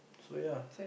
so ya